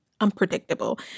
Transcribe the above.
unpredictable